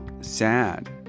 sad